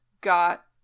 got